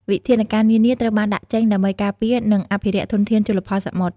វិធានការនានាត្រូវបានដាក់ចេញដើម្បីការពារ និងអភិរក្សធនធានជលផលសមុទ្រ។